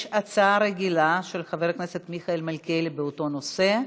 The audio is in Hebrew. יש הצעה רגילה של חבר הכנסת מיכאל מלכיאלי באותו נושא.